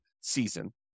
season